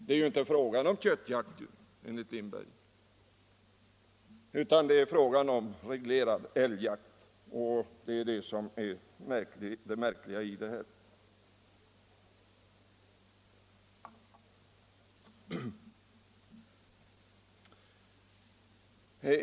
Det är ju enligt herr Lindberg inte fråga om köttjakt utan om samordnad älgjakt.